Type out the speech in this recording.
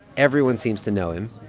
everyone seems to know him.